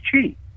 cheap